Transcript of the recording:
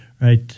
Right